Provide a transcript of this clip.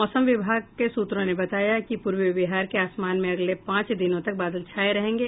मौसम विभाग के सूत्रों ने बताया कि पूर्वी बिहार के आसमान में अगले पांच दिनों तक बादल छाये रहेंगे